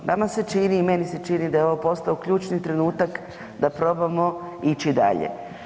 Nama se čini i meni se čini da je ovo postao ključni trenutak da probamo ići dalje.